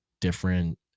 different